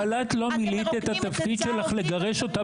אבל את לא מילאת את התפקיד שלך לגרש אותה